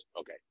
Okay